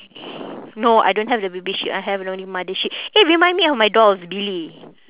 no I don't have the baby sheep I have only mother sheep eh remind me of my dolls billy